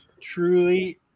truly